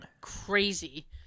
crazy